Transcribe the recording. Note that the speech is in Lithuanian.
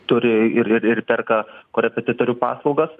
turi ir ir ir perka korepetitorių paslaugas